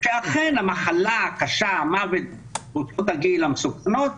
כי אכן המחלה הקשה, מוות בקבוצות הגיל המסוכנות